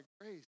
grace